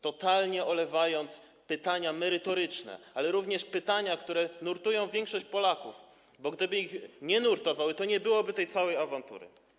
totalnie olewając pytania merytoryczne, ale również pytania, które nurtują większość Polaków, bo gdyby ich nie nurtowały, to nie byłoby tej całej awantury.